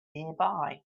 nearby